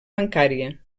bancària